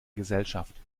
gesellschaft